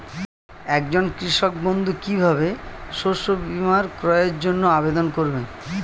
একজন কৃষক বন্ধু কিভাবে শস্য বীমার ক্রয়ের জন্যজন্য আবেদন করবে?